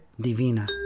Divina